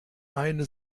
eine